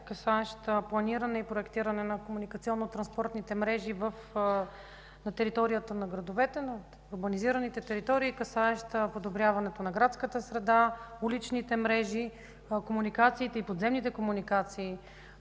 касаеща планиране и проектиране на комуникационно-транспортните мрежи в територията на градовете на урбанизираните територии, касаеща подобряването на градската среда, уличните мрежи, комуникациите и подземните комуникации,